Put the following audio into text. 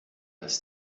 ist